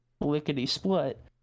lickety-split